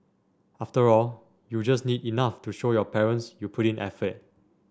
after all you just need enough to show your parents you put in effort